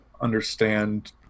understand